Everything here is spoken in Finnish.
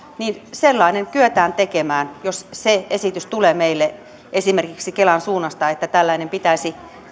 niin sellainen kyetään tekemään jos se esitys tulee meille esimerkiksi kelan suunnasta että tällainen pitäisi